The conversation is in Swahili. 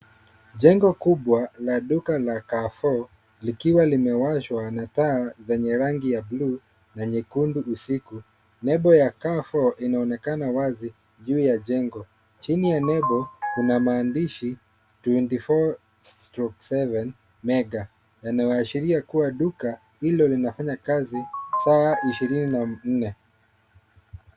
Jengo kubwa la duka la Carrefour likiwa limewashwa na taa zenye rangi ya blue na nyekundu usiku. nembo ya Carrefour, inaonekana wazi juu ya jengo. Chini ya nembo, kuna maandishi 24/7 mega , yanayoashiria kua duka hilo linafanya kazi saa ishirini na nne.